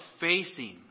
facing